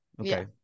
Okay